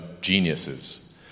geniuses